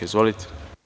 Izvolite.